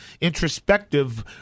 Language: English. introspective